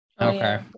okay